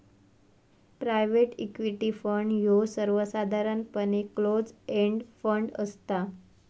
private equity fund ह्यो सर्वसाधारणपणे close end fund असता